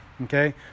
Okay